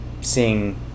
seeing